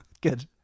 Good